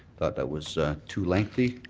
thought that was too lengthy.